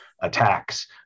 attacks